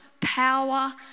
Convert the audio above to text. power